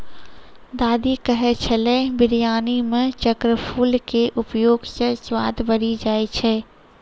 दादी कहै छेलै बिरयानी मॅ चक्रफूल के उपयोग स स्वाद बढ़ी जाय छै